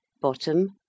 Bottom